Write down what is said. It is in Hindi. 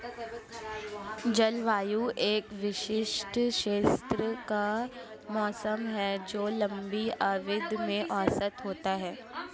जलवायु एक विशिष्ट क्षेत्र का मौसम है जो लंबी अवधि में औसत होता है